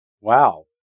Wow